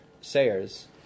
Sayers